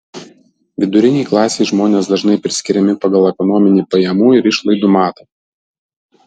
vidurinei klasei žmonės dažnai priskiriami pagal ekonominį pajamų ir išlaidų matą